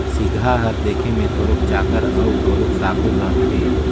सिगहा हर देखे मे थोरोक चाकर अउ थोरोक साकुर रहथे